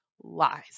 Lies